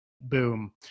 boom